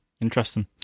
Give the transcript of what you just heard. Interesting